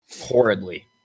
horridly